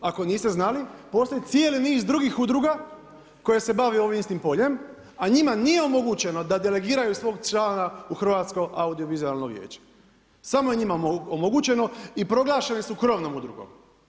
Ako niste znali, postoji cijeli niz drugih udruga koje se bavi ovim istim poljem, a njima nije omogućeno da delegiraju svog člana u Hrvatsko audiovizualno vijeće, samo je njima omogućeno i proglašeni su krovnom udrugom.